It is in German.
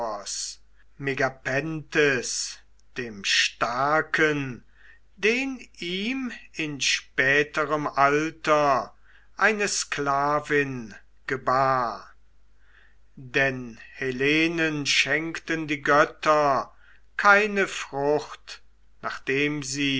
dem starken den ihm in späterem alter eine sklavin gebar denn helenen schenkten die götter keine frucht nachdem sie